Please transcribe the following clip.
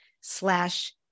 slash